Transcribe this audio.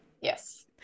Yes